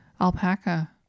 alpaca